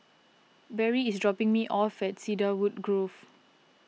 Barrie is dropping me off at Cedarwood Grove